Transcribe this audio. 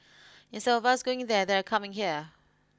instead of us going there they are coming here